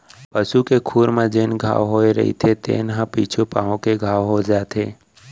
पसू के खुर म जेन घांव होए रइथे तेने ह पीछू पाक के घाव हो जाथे